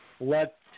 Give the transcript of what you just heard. let